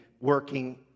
working